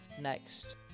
next